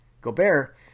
Gobert